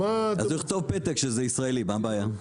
אז הוא יכתוב פתק שזה ישראלי, מה הבעיה.